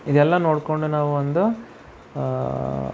ಇದೆಲ್ಲ ನೋಡಿಕೊಂಡು ನಾವೊಂದು